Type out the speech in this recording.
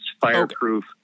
Fireproof